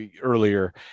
earlier